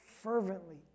fervently